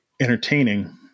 entertaining